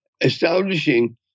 establishing